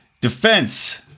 Defense